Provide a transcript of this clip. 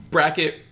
Bracket